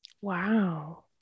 Wow